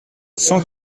cent